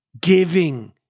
giving